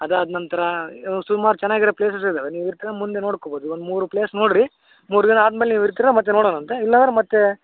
ಅದಾದ ನಂತರ ಸುಮಾರು ಚೆನ್ನಾಗಿ ಇರೋ ಪ್ಲೇಸಸ್ ಇದವೆ ನೀವು ಇರ್ತೀರಾ ಮುಂದೆ ನೋಡ್ಕೊಬೋದು ಒಂದು ಮೂರು ಪ್ಲೇಸ್ ನೋಡಿರಿ ಮೂರು ದಿನ ಆದ್ಮೇಲೆ ನೀವು ಇರ್ತೀರಾ ಮತ್ತೆ ನೋಡೋಣಂತೆ ಇಲ್ಲಾಂದ್ರೆ ಮತ್ತು